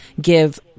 give